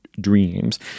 dreams